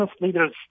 leaders